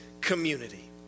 community